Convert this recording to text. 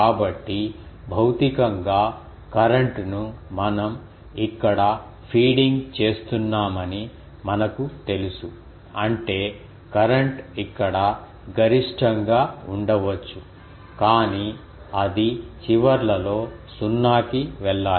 కాబట్టి భౌతికంగా కరెంట్ ను మనం ఇక్కడ ఫీడింగ్ చేస్తున్నామని మనకు తెలుసు అంటే కరెంట్ ఇక్కడ గరిష్టంగా ఉండవచ్చు కానీ అది చివర్లలో సున్నాకి వెళ్ళాలి